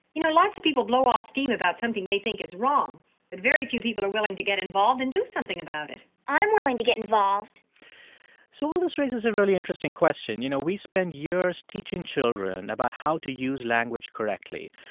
you know, lots of people blow off steam about something they think is wrong, but very few people are willing to get involved and do something about it i'm willing to get involved so all this raises a really interesting question. you know, we spend years teaching children about how to use language correctly.